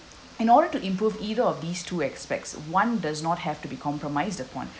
in order to improve either of these two aspects one does not have to be compromised at one